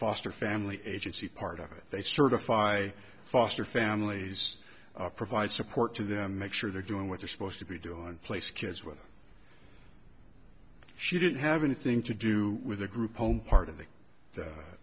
foster family agency part of it they certify foster families provide support to them make sure they're doing what they're supposed to be doing place kids whether she didn't have anything to do with the group home part of the